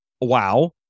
Wow